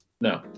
No